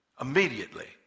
Immediately